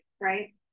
right